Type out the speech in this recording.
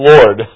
Lord